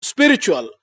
Spiritual